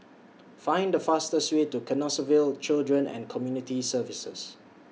Find The fastest Way to Canossaville Children and Community Services